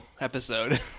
episode